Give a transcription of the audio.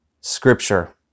scripture